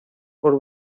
por